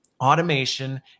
automation